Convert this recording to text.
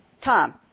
Tom